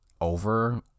over